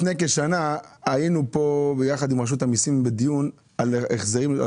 לפני כשנה היינו כאן ביחד בדיון עם רשות המיסים על החזרים של